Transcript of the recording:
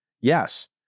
yes